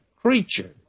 creature